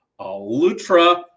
Alutra